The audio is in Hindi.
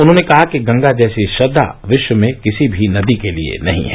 उन्होंने कहा कि गंगा जैसी श्रद्वा विश्व में किसी भी नदी के लिए नहीं है